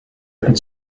could